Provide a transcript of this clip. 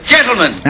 Gentlemen